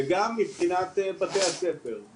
וגם מבחינת בתי הספר.